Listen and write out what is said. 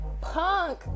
punk